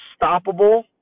unstoppable